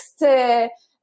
next